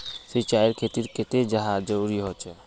सिंचाईर खेतिर केते चाँह जरुरी होचे?